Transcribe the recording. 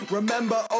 Remember